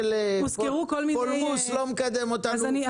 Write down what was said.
פולמוס לא מקדם אותנו,